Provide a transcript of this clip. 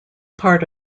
part